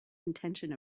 intention